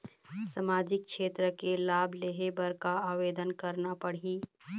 सामाजिक क्षेत्र के लाभ लेहे बर का आवेदन करना पड़ही?